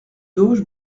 doge